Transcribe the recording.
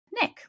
Nick